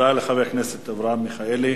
תודה לחבר הכנסת אברהם מיכאלי.